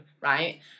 right